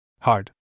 Hard